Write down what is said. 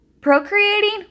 procreating